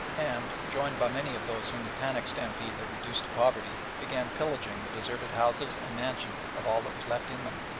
and, joined by many of those whom the panic-stampede had reduced to poverty, began pillaging the deserted houses and mansions of all that was left in them.